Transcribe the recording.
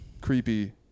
creepy